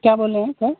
क्या बोल रहे हैं सर